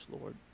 Lord